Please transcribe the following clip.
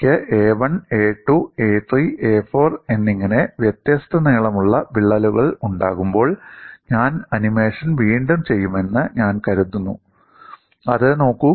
എനിക്ക് a1 a2 a3 a4 എന്നിങ്ങനെ വ്യത്യസ്ത നീളമുള്ള വിള്ളലുകൾ ഉണ്ടാകുമ്പോൾ ഞാൻ ആനിമേഷൻ വീണ്ടും ചെയ്യുമെന്ന് ഞാൻ കരുതുന്നു അത് നോക്കൂ